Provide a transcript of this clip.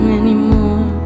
anymore